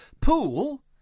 Pool